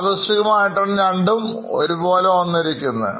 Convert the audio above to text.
യാദൃശ്ചികമായി ആയിട്ടാണ് രണ്ടും ഒരേപോലെ വന്നിരിക്കുന്നത്